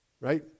right